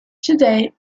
today